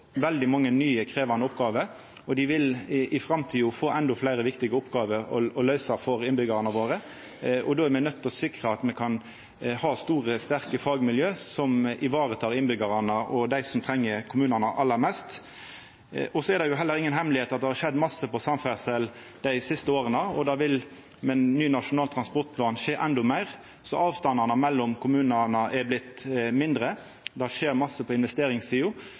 veldig mange nye, krevjande oppgåver. Dei vil i framtida få endå fleire viktige oppgåver å løysa for innbyggjarane. Då er me nøydde til å sikra at me kan ha store, sterke fagmiljø som varetek innbyggjarane og dei som treng kommunane aller mest. Det er heller ikkje hemmeleg at det har skjedd masse på samferdsel dei siste åra. Det vil med ein ny nasjonal transportplan skje endå meir, så avstandane mellom kommunane har vorte mindre. Det skjer masse på investeringssida